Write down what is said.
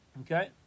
Okay